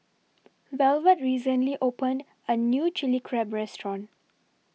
Velvet recently opened A New Chilli Crab Restaurant